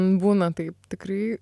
būna taip tikrai